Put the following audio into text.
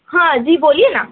ہاں جی بولیے نا